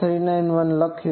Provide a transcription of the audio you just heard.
391 લખ્યું